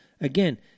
again